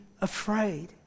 afraid